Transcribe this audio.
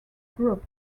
group